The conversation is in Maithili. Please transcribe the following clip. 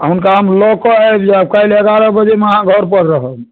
हुनका हम लऽ के आबि जायब काल्हि एगारह बजेमे अहाँ घर पर रहब